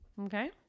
Okay